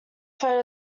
photo